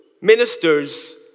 ministers